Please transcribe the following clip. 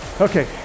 okay